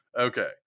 Okay